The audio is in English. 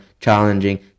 challenging